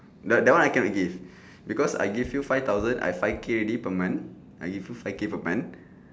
no that one I cannot give because I give you five thousand I five K already per month I give you five K per month